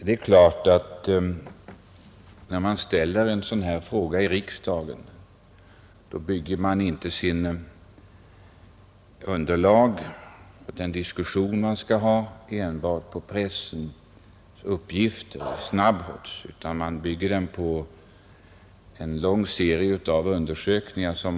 Herr talman! När jag ställer en sådan här fråga i riksdagen, bygger jag inte underlaget för den kommande diskussionen enbart på pressuppgifter. Nej, jag bygger underlaget på en lång serie gjorda undersökningar.